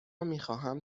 میخواهم